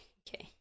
okay